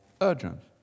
urgent